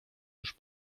już